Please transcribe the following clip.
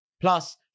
Plus